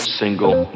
single